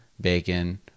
bacon